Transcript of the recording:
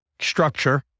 structure